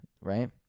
right